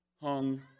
hung